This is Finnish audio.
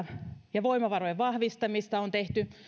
ja voimavarojen vahvistamista on tehty